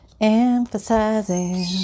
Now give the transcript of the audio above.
emphasizing